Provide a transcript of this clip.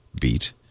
beat